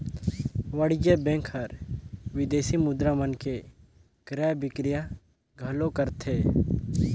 वाणिज्य बेंक हर विदेसी मुद्रा मन के क्रय बिक्रय घलो करथे